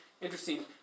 interesting